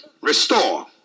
Restore